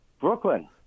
Brooklyn